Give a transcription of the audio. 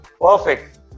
Perfect